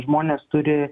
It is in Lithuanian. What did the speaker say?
žmonės turi